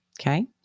Okay